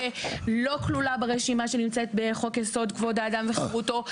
לא כלולה ברשימה שנמצאת בחוק יסוד כבוד האדם וחירותו.